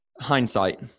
Hindsight